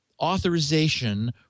authorization